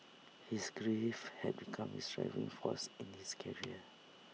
his grief had become his driving force in his career